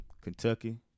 Kentucky